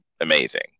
amazing